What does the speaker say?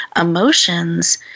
emotions